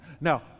Now